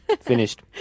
Finished